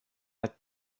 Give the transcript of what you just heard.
had